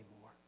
more